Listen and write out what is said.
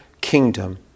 kingdom